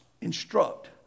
Instruct